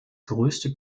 größte